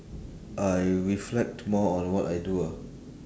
I reflect more on what I do ah